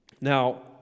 Now